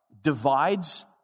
divides